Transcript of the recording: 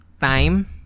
time